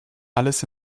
alles